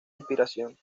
inspiración